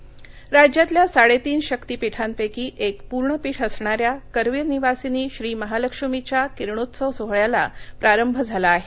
किरणोत्सव राज्यातल्या साडेतीन शक्तीपीठांपैकी एक पूर्णपीठ असणाऱ्या करवीर निवासिनी श्री महालक्ष्मीच्या किरणोत्सव सोहळ्याला प्रारंभ झाला आहे